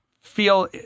feel